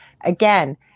again